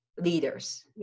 leaders